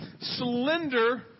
slender